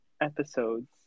episodes